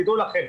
תדעו לכם,